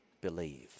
believe